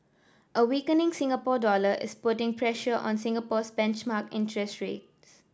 a weakening Singapore dollar is putting pressure on Singapore's benchmark interest rates